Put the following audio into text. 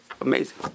Amazing